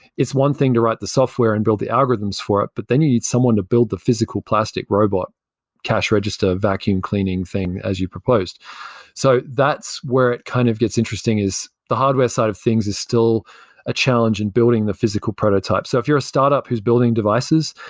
it's one thing to write the software and build the algorithms for it, but then you need someone to build the physical plastic robot cash register, vacuum cleaning thing as you proposed so that's where it kind of gets interesting is the hardware side of things is still a challenge in building the physical prototype. so if you're a startup who's building devices,